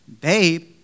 babe